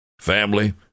family